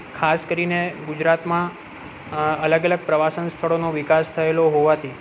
ખાસ કરીને ગુજરાતમાં અલગ અલગ પ્રવાસન સ્થળોનો વિકાસ થએલો હોવાથી